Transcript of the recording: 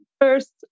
first